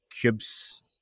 cubes